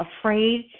afraid